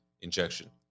injection